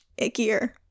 ickier